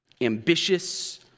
ambitious